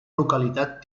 localitat